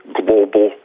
global